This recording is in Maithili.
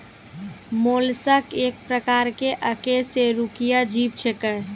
मोलस्क एक प्रकार के अकेशेरुकीय जीव छेकै